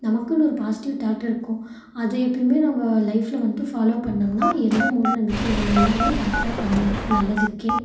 நமக்குன்னு ஒரு positive thought இருக்கும் அதை எப்போவுமே நம்ம லைஃப்பில் வந்துட்டு ஃபாலோ பண்ணோம்னா எந்த மூடநம்பிக்கையும் இல்லை நம்ம எல்லாமே கரெக்டா பண்ணுவோம் நல்லதுக்கே